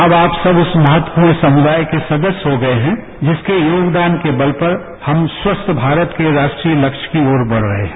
अब आप सब उस महत्वपूर्ण समुदाय के सदस्य हो गए हैं जिसके योगदान के बल पर हम स्वस्थ भारत के राष्ट्रीय लक्ष्य की ओर बढ़ रहे हैं